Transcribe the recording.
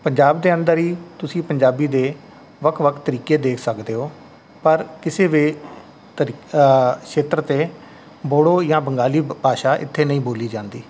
ਪੰਜਾਬ ਦੇ ਅੰਦਰ ਹੀ ਤੁਸੀਂ ਪੰਜਾਬੀ ਦੇ ਵੱਖ ਵੱਖ ਤਰੀਕੇ ਦੇਖ ਸਕਦੇ ਹੋ ਪਰ ਕਿਸੇ ਵੀ ਤਰੀ ਖੇਤਰ 'ਤੇ ਬੋਡੋ ਜਾਂ ਬੰਗਾਲੀ ਬ ਭਾਸ਼ਾ ਇੱਥੇ ਨਹੀਂ ਬੋਲੀ ਜਾਂਦੀ